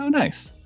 so nice.